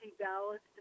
ballots